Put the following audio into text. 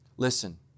Listen